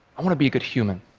i want to be a good human.